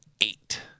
eight